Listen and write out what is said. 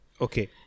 Okay